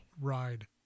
ride